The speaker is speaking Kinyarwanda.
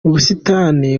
ubusitani